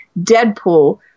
Deadpool